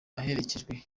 aherekejwe